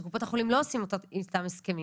שקופות החולים לא עושות איתם הסכמים